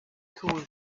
core